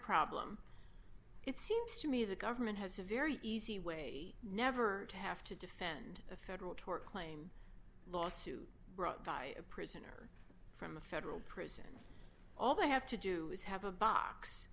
problem it seems to me the government has a very easy way never to have to defend a federal tort claim lawsuit brought by a prisoner from the federal prison all they have to do is have a box